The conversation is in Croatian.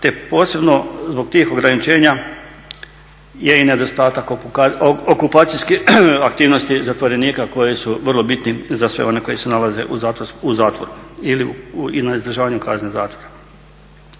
te posebno zbog tih ograničenja je i nedostatak okupacijske aktivnosti zatvorenika koje su vrlo bitni za sve one koji se nalaze u zatvoru ili na izdržavanju kazne zatvora.